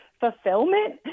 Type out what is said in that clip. fulfillment